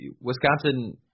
Wisconsin –